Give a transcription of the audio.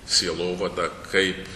sielovada kaip